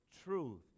truth